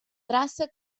traça